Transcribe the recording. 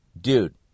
Dude